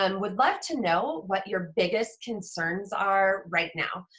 um would love to know what your biggest concerns are right now,